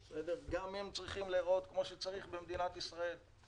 גם הם צריכים להיראות כמו שצריך במדינת ישראל.